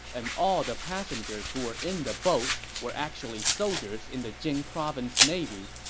and all the passengers who were in the boats were actually soldiers in the jing province navy.